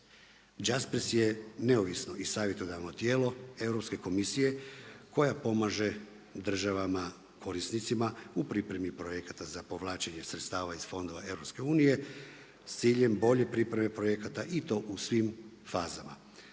Jaspers je neovisno i savjetodavno tijelo Europske komisije koja pomaže državama korisnicima u pripremi projekata za povlačenje sredstava iz fondova EU s ciljem bolje pripreme projekata i to u svim fazama,